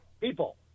people